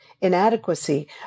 inadequacy